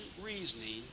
reasoning